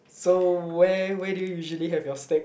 so where where do you usually have your steak